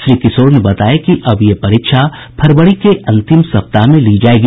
श्री किशोर ने बताया कि अब ये परीक्षा फरवरी के अंतिम सप्ताह में ली जायेगी